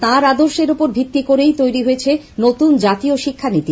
তাঁর আদর্শের ওপর ভিত্তি করেই তৈরী হয়েছে নতুন জাতীয় শিক্ষানীতি